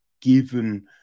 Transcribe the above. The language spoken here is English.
given